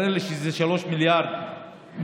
התברר לי שזה 3 מיליארד וקצת.